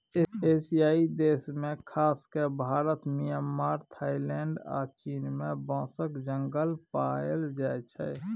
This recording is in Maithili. एशियाई देश खास कए भारत, म्यांमार, थाइलैंड आ चीन मे बाँसक जंगल पाएल जाइ छै